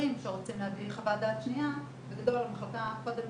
שרוצים להביא חוות דעת שנייה בגדול המחלקה קודם